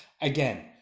Again